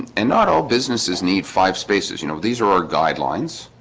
and not all businesses need five spaces, you know, these are our guidelines